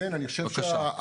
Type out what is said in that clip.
(באמצעות מצגת)